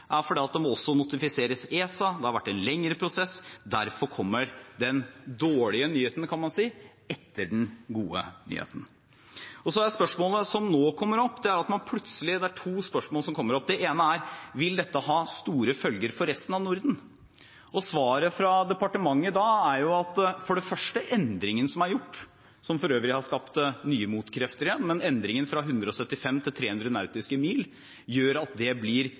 at det også må notifiseres i ESA, og det har vært en lengre prosess. Derfor kommer den dårlige nyheten, kan man si, etter den gode nyheten. Det er to spørsmål som kommer opp. Det ene er: Vil dette ha store følger for resten av Norden? Svaret fra departementet er for det første at endringen som er gjort – endringen fra 175 til 300 nautiske mil – som for øvrig har skapt nye motkrefter igjen, gjør at det blir mye, mye mindre sannsynlig. Det andre er at